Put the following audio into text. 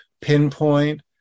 pinpoint